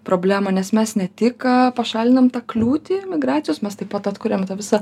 problemą nes mes ne tik pašalinam tą kliūtį migracijos mes taip pat atkuriam tą visą